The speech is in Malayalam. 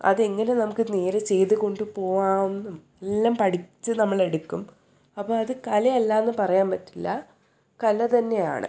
അതെങ്ങനെ നമുക്ക് നേരെ ചെയ്തു കൊണ്ടു പോകാമെന്നും എല്ലാം പഠിച്ച് നമ്മളെടുക്കും അപ്പം അത് കലയല്ലായെന്നു പറയാൻ പറ്റില്ല കലതന്നെയാണ്